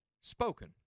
spoken